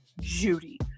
Judy